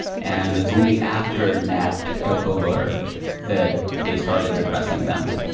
and it's only after nat took over that they started addressing them.